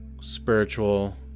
spiritual